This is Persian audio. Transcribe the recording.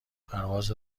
پرواز